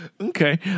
okay